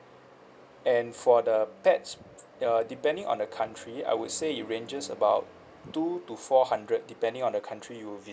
and for the pets ya depending on the country I would say it ranges about two to four hundred depending on the country you